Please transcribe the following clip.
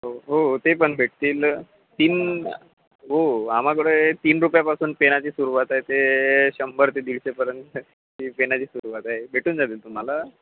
हो हो हो ते पन भेटतील तीन हो आमाकडे तीन रुपयापासून पेनाची सुरवात आहे ते शंभर ते दीडशेपर्यंत ही पेनाची सुरुवात आहे भेटून जातील तुम्हाला